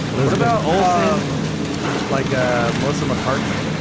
liz about oh um like ah melissa mccartney